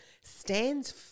stands